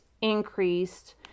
increased